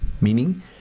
Meaning